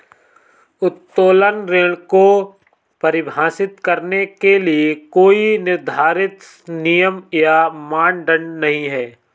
उत्तोलन ऋण को परिभाषित करने के लिए कोई निर्धारित नियम या मानदंड नहीं है